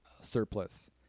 surplus